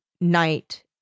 night